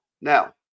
Now